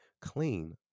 Clean